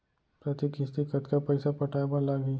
प्रति किस्ती कतका पइसा पटाये बर लागही?